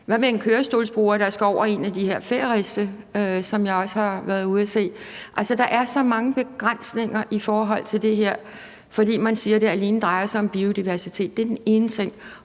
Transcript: hvad med en kørestolsbruger, der skal over en af de her færiste, som jeg også har været ude at se? Altså, der er så mange begrænsninger i forhold til det her, fordi man siger, at det alene drejer sig om biodiversitet. Det er den ene ting.